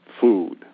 Food